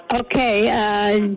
Okay